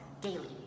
daily